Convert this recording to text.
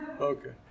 Okay